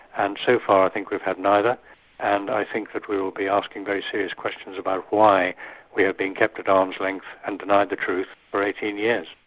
and so far i think we've had neither and i think that we will be asking very serious question about why we have been kept at arm's length and denied the truth for eighteen years.